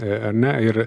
e ar ne ir